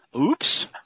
Oops